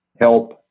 help